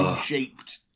shaped